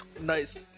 Nice